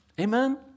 Amen